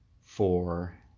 four